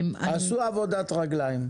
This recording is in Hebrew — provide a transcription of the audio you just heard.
עשו "עבודת רגליים".